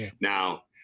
now